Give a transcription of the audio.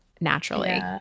naturally